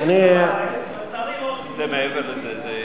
אני רק מציין את זה כעובדה.